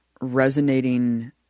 resonating